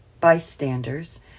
bystanders